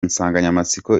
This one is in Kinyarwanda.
nsanganyamatsiko